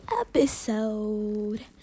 episode